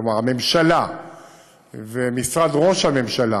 כלומר, הממשלה ומשרד ראש הממשלה